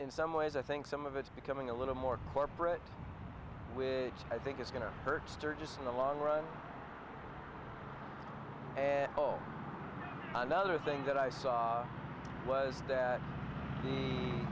in some ways i think some of it's becoming a little more corporate which i think is going to hurt surgeons in the long run and oh another thing that i saw was that